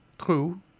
True